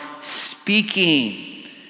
speaking